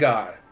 God